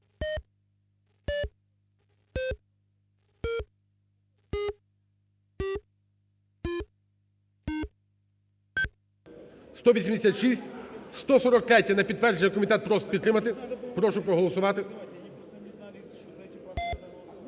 За-186 143-я. На підтвердження. Комітет просить підтримати. Прошу проголосувати.